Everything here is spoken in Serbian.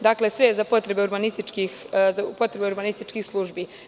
Dakle, sve je za potrebe urbanističkih službu.